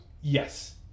yes